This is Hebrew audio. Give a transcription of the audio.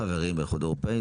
חברים באיחוד האירופי.